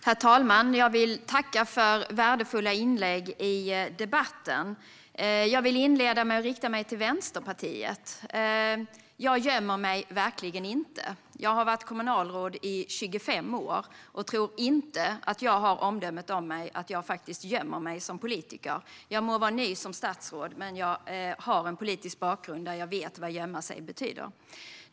Herr talman! Jag vill tacka för värdefulla inlägg i debatten. Jag vill inleda med att rikta mig till Vänsterpartiet. Jag gömmer mig verkligen inte. Jag har varit kommunalråd i 25 år och tror inte att jag har omdömet om mig att jag gömmer mig som politiker. Jag må vara ny som statsråd, men jag har en politisk bakgrund där jag vet vad gömma sig betyder.